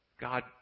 God